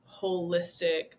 holistic